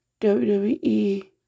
WWE